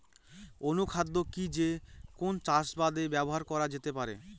অনুখাদ্য কি যে কোন চাষাবাদে ব্যবহার করা যেতে পারে?